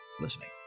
listening